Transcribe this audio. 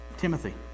Timothy